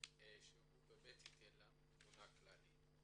שייתן לנו תמונה כללית.